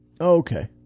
Okay